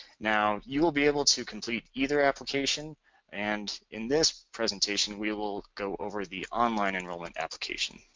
now, you will be able to complete either application and in this presentation we will go over the online enrollment application.